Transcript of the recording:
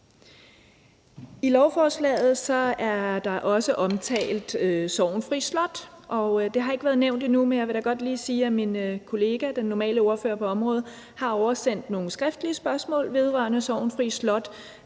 I lovforslaget er Sorgenfri Slot også omtalt, og det har ikke været nævnt endnu, men jeg vil da godt lige sige, at min kollega, den sædvanlige ordfører på området, har oversendt nogle skriftlige spørgsmål vedrørende Sorgenfri Slot,